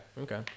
Okay